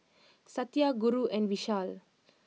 Satya Guru and Vishal